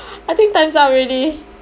I think time's up already